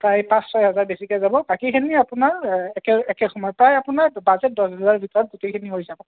প্ৰায় পাঁচ ছহেজাৰ বেছিকৈ যাব বাকীখিনি আপোনাৰ একে একে সমান প্ৰায় আপোনাৰ বাজেট দচ হেজাৰৰ ভিতৰত গোটেইখিনি হৈ যাব